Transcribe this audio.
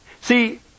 See